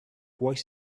voice